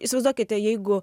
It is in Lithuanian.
įsivaizduokite jeigu